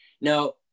Now